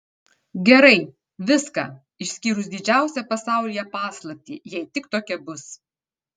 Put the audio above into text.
gerai viską išskyrus didžiausią pasaulyje paslaptį jei tik tokia bus